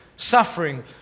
suffering